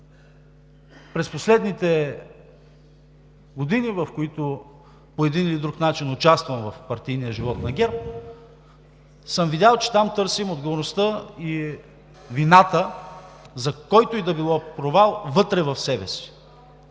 През последните години, в които по един или друг начин участвам в партийния живот на ГЕРБ, съм видял, че там търсим отговорността и вината, за който и да е било провал, вътре в себе си,